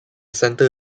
center